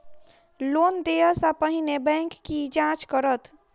Loan देय सा पहिने बैंक की जाँच करत?